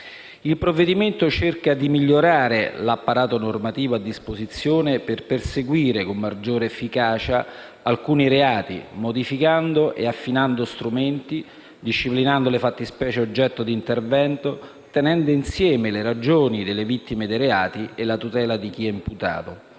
Il provvedimento cerca di migliorare l'apparato normativo a disposizione per perseguire con maggiore efficacia alcuni reati, modificando e affinando strumenti, disciplinando le fattispecie oggetto di intervento, tenendo insieme le ragioni delle vittime dei reati e la tutela di chi è imputato.